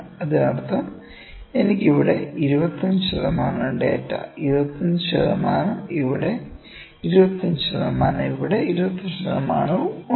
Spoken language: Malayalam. അതിനർത്ഥം എനിക്ക് ഇവിടെ 25 ശതമാനം ഡാറ്റ 25 ശതമാനവും ഇവിടെ 25 ശതമാനവും ഇവിടെ 25 ശതമാനവും ഉണ്ട്